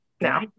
now